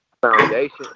foundation